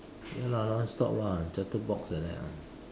ya lah nonstop lah chatterbox like that lah